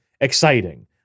exciting